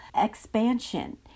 expansion